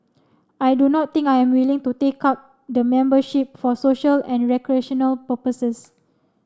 I do not think I'm willing to take up the membership for social and recreational purposes